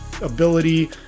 ability